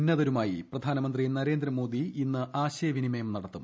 ഉന്നതരുമായി പ്രധാനമന്ത്രി നരേന്ദ്രമോദി ഇന്ന് ആശയവിനിമയം നടത്തും